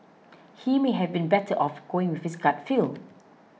he may have been better off going with his gut feel